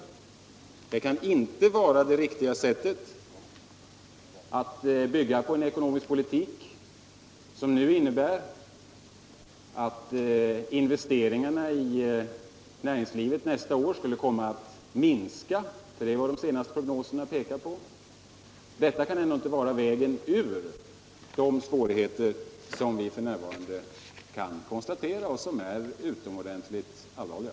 Det kan inte vara riktigt att bygga på en ekonomisk politik som innebär att investeringarna i näringslivet nästa år kommer att minska. Det är nämligen vad de senaste prognoserna pekar på. Det kan inte vara vägen ur de svårigheter som vi f. n. kan konstatera och som är utomordentligt allvarliga.